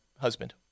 husband